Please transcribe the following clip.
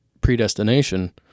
predestination